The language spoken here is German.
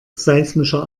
seismischer